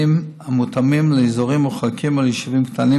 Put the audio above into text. המותאמים לאזורים מרוחקים או ליישובים קטנים,